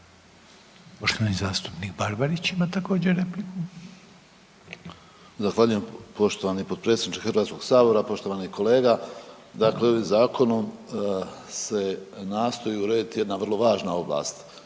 Poštovani zastupnik Barbarić ima također, repliku.